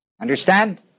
Understand